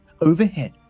Overhead